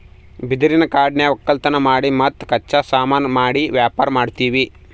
ಬಿದಿರಿನ್ ಕಾಡನ್ಯಾಗ್ ವಕ್ಕಲತನ್ ಮಾಡಿ ಮತ್ತ್ ಕಚ್ಚಾ ಸಾಮಾನು ಮಾಡಿ ವ್ಯಾಪಾರ್ ಮಾಡ್ತೀವಿ